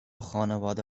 خانواده